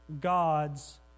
God's